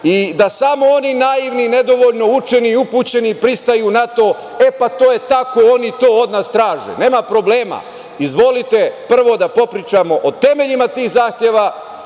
i da samo oni naivni nedovoljno učeni i upućeni pristaju na to. E, pa to je tako, oni to od nas traže. Nema problema, izvolite prvo da popričamo o temeljima tih zahteva,